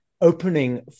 opening